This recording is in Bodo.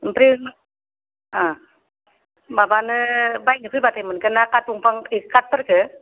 ओमफ्राय आह माबानो बायनो फैबाथाय मोनगोन ना काट दंफां टि काटफोरखौ